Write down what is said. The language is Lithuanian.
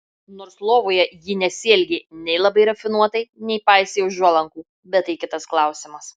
nors lovoje ji nesielgė nei labai rafinuotai nei paisė užuolankų bet tai kitas klausimas